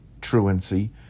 truancy